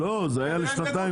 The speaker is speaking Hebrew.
לא, זה היה לשנתיים.